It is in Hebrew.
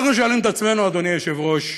אנחנו שואלים את עצמנו, אדוני היושב-ראש,